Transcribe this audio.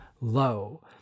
low